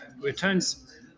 returns